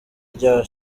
rya